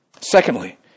Secondly